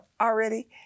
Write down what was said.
already